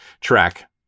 track